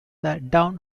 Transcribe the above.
downe